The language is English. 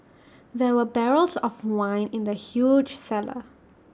there were barrels of wine in the huge cellar